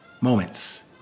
moments